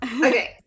Okay